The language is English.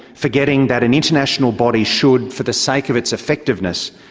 forgetting that an international body should, for the sake of its effectiveness,